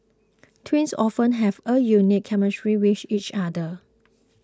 twins often have a unique chemistry with each other